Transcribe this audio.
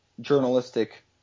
journalistic